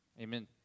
Amen